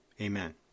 amen